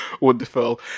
Wonderful